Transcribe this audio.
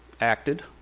acted